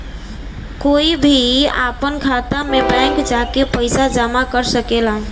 कोई भी आपन खाता मे बैंक जा के पइसा जामा कर सकेला